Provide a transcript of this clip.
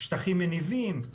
שטחים מניבים,